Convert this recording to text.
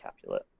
capulet